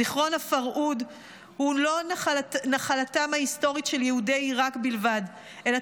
זיכרון הפרהוד הוא לא נחלתם ההיסטורית של יהודי עיראק בלבד אלא